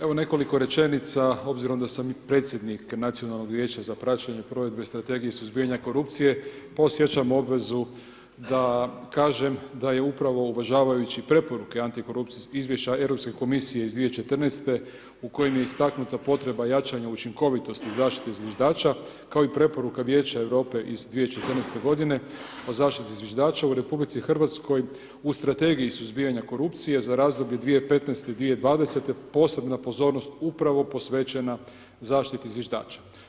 Evo, nekoliko rečenica, s obzirom da sam predsjednik Nacionalnog vijeća za praćenje provedbe strategije suzbijanja korupcije, osjećam obvezu da kažem da je upravo uvažavajući preporuka antikorupcijskih izvješća Europske komisije iz 2014. u kojem je istaknuta potreba jačanja učinkovitosti zaštite zviždača, kao i preporuka vijeća Europe iz 2014. g. o zaštiti zviždača u RH u strategiji suzbijanja korupciji za razdoblje 2015.-2020. posebna pozornost upravo posvećena zaštiti zviždača.